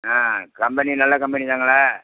ஆ company நல்ல company தாங்களே